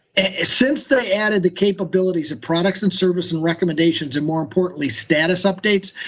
since they added the capabilities of products and services and recommendations and more importantly status updates,